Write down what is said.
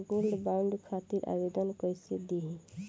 Gold bond खातिर आवेदन कैसे दिही?